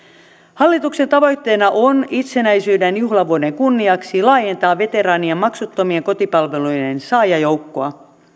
hallituksen tavoitteena on itsenäisyyden juhlavuoden kunniaksi laajentaa veteraanien maksuttomien kotipalvelujen saajajoukkoa